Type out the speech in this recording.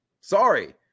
Sorry